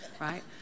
right